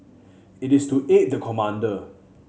it is to aid the commander